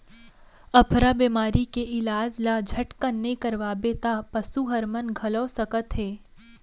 अफरा बेमारी के इलाज ल झटकन नइ करवाबे त पसू हर मन घलौ सकत हे